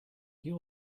you